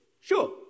Sure